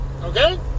Okay